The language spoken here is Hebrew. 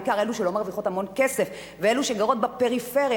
בעיקר אלו שלא מרוויחות המון כסף ואלו שגרות בפריפריה,